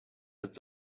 its